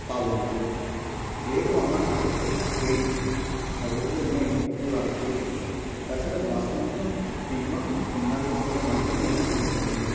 পাব না যেহেতু আমার হাতে ট্রেন অ্যাভেলেবল নেই অত রাত্রে তাছাড়া বাস মাধ্যম কিংবা অন্যান্য কোনো মাধ্যমে আমি যেতে পারব না